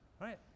right